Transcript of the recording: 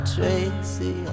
Tracy